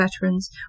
veterans